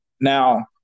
Now